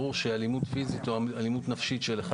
ברור שאלימות פיזית או נפשית של אחד